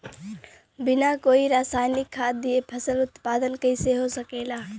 बिना कोई रसायनिक खाद दिए फसल उत्पादन कइसे हो सकेला?